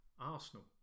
Arsenal